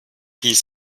hieß